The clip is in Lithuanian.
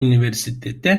universitete